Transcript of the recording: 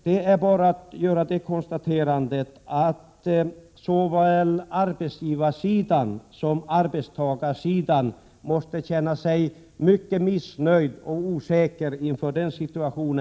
Det är bara att konstatera att såväl arbetsgivarsidan som arbetstagarsidan i den här situationen måste känna sig mycket missnöjd och osäker.